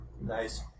Nice